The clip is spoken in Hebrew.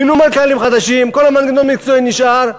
מינו מנכ"לים חדשים, כל המנגנון המקצועי נשאר.